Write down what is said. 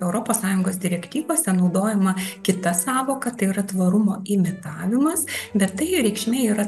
europos sąjungos direktyvose naudojama kita sąvoka tai yra tvarumo imitavimas bet tai reikšmė yra